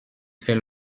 fait